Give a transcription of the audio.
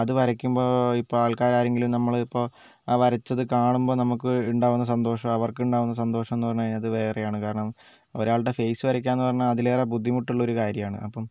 അത് വരയ്ക്കുമ്പോൾ ഇപ്പോൾ ആൾക്കാർ ആരെങ്കിലും നമ്മളെ ഇപ്പോൾ ആ വരച്ചത് കാണുമ്പോൾ നമുക്ക് ഉണ്ടാവുന്ന സന്തോഷവും അവർക്കുണ്ടാവുന്ന സന്തോഷവും എന്ന് പറഞ്ഞുകഴിഞ്ഞാൽ അത് വേറെയാണ് കാരണം ഒരാളുടെ ഫേസ് വരയ്ക്കുക എന്നുപറഞ്ഞാൽ അതിലേറെ ബുദ്ധിമുട്ടുള്ളൊരു കാര്യമാണ് അപ്പം